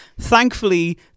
thankfully